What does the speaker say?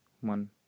one